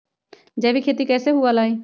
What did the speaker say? जैविक खेती कैसे हुआ लाई?